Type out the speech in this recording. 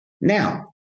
Now